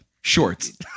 shorts